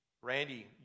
Randy